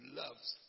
loves